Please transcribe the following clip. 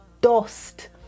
dust